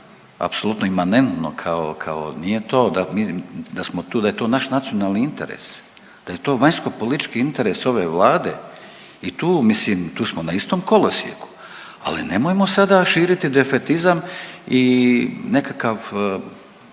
apsolutno imanentno kao, kao nije to da smo tu, da je to naš nacionalni interes. Da je to vanjskopolitički interes ove Vlade i tu, mislim, tu smo na istom kolosijeku, ali nemojmo sada širiti defetizam i nekakav,